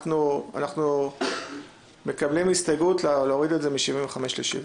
אנחנו מקבלים את ההסתייגות להוריד את זה מ-75 ל-70